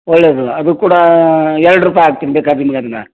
ಒಳ್ಳೆಯದು ಅದು ಕೂಡ ಎರಡು ರೂಪಾಯಿ ಹಾಕ್ತೀನ್ ಬೇಕಾದ್ರ್ ನಿಮ್ಗದನ್ನು